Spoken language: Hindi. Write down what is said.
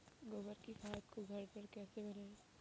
गोबर की खाद को घर पर कैसे बनाएँ?